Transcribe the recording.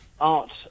art